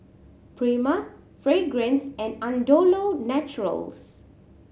Prima Fragrance and Andalou Naturals